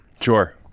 Sure